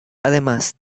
además